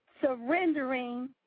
surrendering